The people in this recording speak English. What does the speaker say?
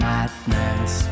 Madness